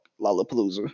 Lollapalooza